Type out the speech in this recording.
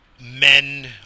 men